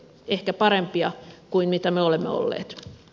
ehkä parempia kuin me olemme olleet